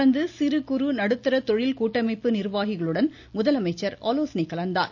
தொடர்ந்து சிறுகுறு நடுத்தர தொழில் கூட்டமைப்பு நிர்வாகிகளுடனும் முதலமைச்சர் ஆலோசனை கலந்தார்